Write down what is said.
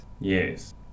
Yes